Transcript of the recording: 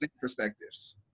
perspectives